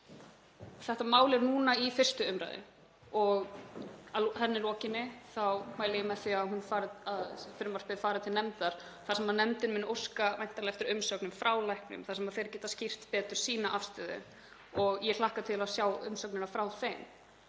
Þetta mál er núna í 1. umræðu og að henni lokinni þá mæli ég með því að frumvarpið fari til nefndar og nefndin mun væntanlega óska eftir umsögnum frá læknum þar sem þeir geta skýrt betur sína afstöðu og ég hlakka til að sjá umsagnirnar frá þeim.